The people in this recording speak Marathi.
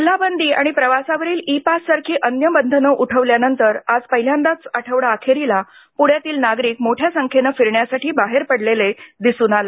जिल्हा बंदी आणि प्रवासावरील इ पाससारखी अन्य बंधनं उठल्यानंतर आज पहिल्याच आठवडा अखेरीला पुण्यातील नागरिक मोठ्या संख्येनं फिरण्यासाठी बाहेर पडलेले दिसून आलं